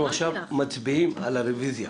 אנחנו עכשיו מצביעים על הרביזיה.